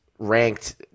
Ranked